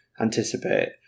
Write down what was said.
anticipate